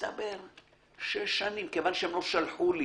כיוון שהם לא שלחו לי